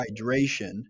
hydration